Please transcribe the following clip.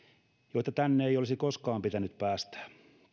joita tänne ei olisi koskaan pitänyt päästää